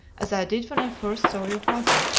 as i did when i first saw your father,